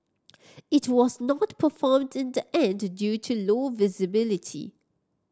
it was not performed in the end due to low visibility